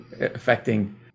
affecting